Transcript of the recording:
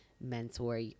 mentor